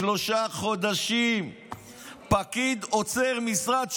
שלושה חודשים פקיד עוצר משרד שלם.